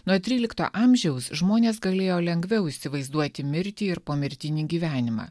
nuo trylikto amžiaus žmonės galėjo lengviau įsivaizduoti mirtį ir pomirtinį gyvenimą